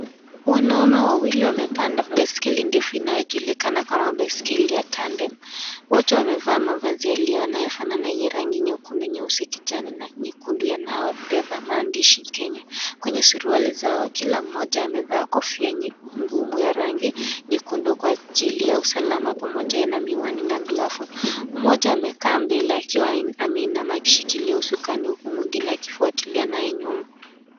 Wanaume wawili wamepanda baiskeli ndefu inayojulikana kama baiskeli ya Tandem. Wote wamevaa mavazi ya Leo yanayofanana yenye rangi nyekundu, nyeusi, kijani na nyekundu, yanayobeba maandishi Kenya kwenye suruali zao. Kila mmoja amevaa kofia ngumu ya rangi nyekundu kwa ajili ya usalama, pamoja na miwani na glavu. Mmoja amekaa mbele akiwa ameinama, ameshikilia uskani, huku mwingine akifuatilia naye nyuma.